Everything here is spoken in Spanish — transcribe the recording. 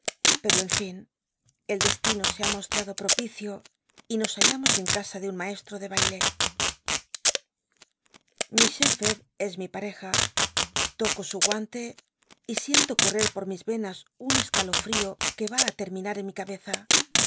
pero en fin el deslino se ha mostrado propicio y nos hallamos en casa de un maestro de baile d es mi pareja loco su guante y siento correr por mis venas un escalofrío que va á terminar en mi ca